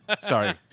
Sorry